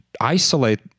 isolate